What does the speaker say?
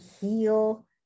heal